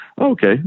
okay